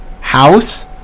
house